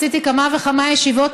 עשיתי כמה וכמה ישיבות,